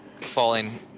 falling